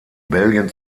belgien